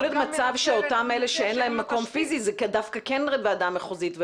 שאותם אלה שאין להם מקום פיסי זה דווקא כן ועדה מחוזית.